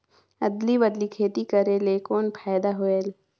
अदली बदली खेती करेले कौन फायदा होयल?